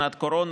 שנת קורונה.